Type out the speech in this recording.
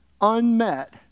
unmet